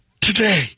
today